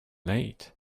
late